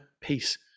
peace